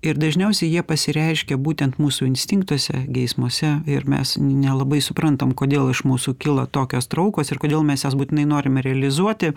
ir dažniausiai jie pasireiškia būtent mūsų instinktuose geismuose ir mes nelabai suprantam kodėl iš mūsų kyla tokios traukos ir kodėl mes jas būtinai norime realizuoti